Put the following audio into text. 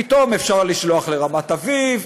פתאום אפשר לשלוח לרמת אביב,